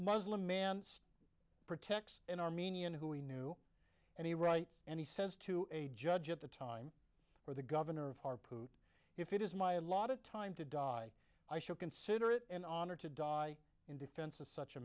muslim man protects an armenian who he knew and he writes and he says to a judge at the time or the governor of harpoon if it is my a lot of time to die i should consider it an honor to die in defense of such a